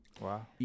wow